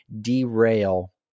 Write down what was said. derail